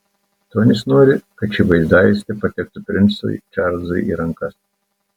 tonis nori kad ši vaizdajuostė patektų princui čarlzui į rankas